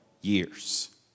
years